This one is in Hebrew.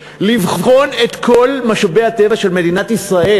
לבחון את כל נושא משאבי הטבע של מדינת ישראל,